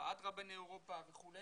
ועד רבני אירופה וכו',